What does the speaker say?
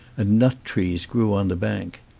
and nut trees grew on the bank.